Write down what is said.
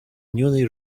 newly